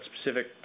specific